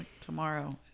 Tomorrow